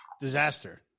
disaster